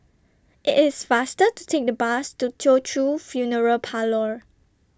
IT IS faster to Take The Bus to Teochew Funeral Parlour